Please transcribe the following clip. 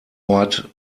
ort